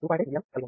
8mA కలిగి ఉంది